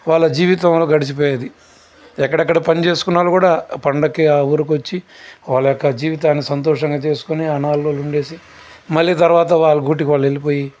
వాళ్ళ జీవితం గడిచిపోయేది ఎక్కడెక్కడ పని చేసుకున్నా వాళ్ళు కూడా ఆ పండక్కి ఆ ఊరికి వచ్చి వాళ్ళయొక్క జీవితాన్ని సంతోషంగా చేసుకొని అన్నాలు వండేసి మళ్ళీ తర్వాత వాళ్ళ డ్యూటీకి వాళ్ళు వెళ్ళిపోయి